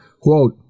Quote